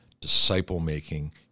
disciple-making